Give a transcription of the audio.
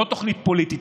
לא תוכנית פוליטית,